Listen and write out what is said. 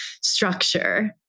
structure